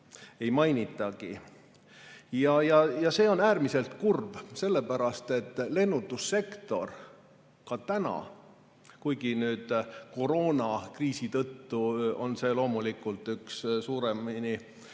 ei mainitagi. See on äärmiselt kurb, sellepärast et lennundussektor – kuigi koroonakriisi tõttu on see loomulikult üks suuremini